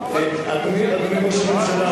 תביא את החוק,